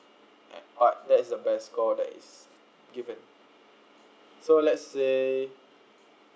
right but that is the best score that is given so let say